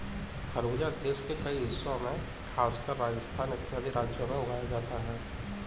खरबूजा देश के कई हिस्सों में खासकर राजस्थान इत्यादि राज्यों में उगाया जाता है